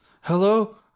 hello